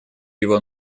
его